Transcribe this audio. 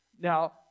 Now